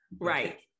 right